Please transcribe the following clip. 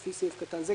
לפי סעיף קטן זה,